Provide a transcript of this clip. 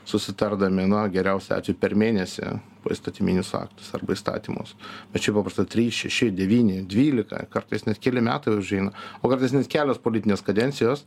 susitardami na geriausiu atveju per mėnesį poįstatyminius aktus arba įstatymus bet čia paprasta trys šeši devyni dvylika kartais net keli metai užeina o kartais net kelios politinės kadencijos